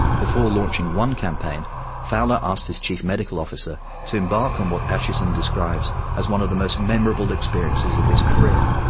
before launching one campaign fowler asked his chief medical officer to embark on what acheson described as one of the most memorable experiences of his career,